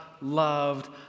loved